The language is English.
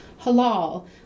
halal